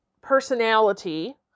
personality